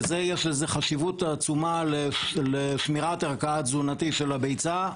יש לזה חשיבות עצומה לשמירת ערכה התזונתי של הביצה,